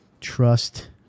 trust